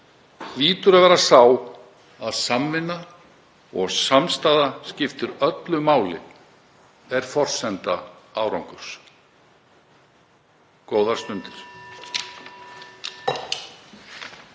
hlýtur að vera sá að samvinna og samstaða skiptir öllu máli og er forsenda árangurs. — Góðar stundir.